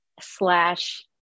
slash